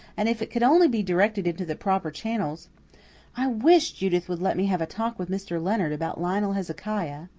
and if it could only be directed into the proper channels i wish judith would let me have a talk with mr. leonard about lionel hezekiah.